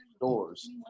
doors